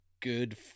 good